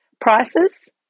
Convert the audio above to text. prices